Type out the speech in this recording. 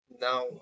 Now